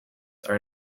are